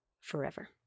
forever